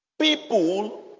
People